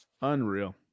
Unreal